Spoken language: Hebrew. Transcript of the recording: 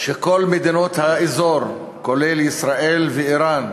שכל מדינות האזור, כולל ישראל ואיראן,